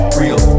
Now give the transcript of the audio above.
real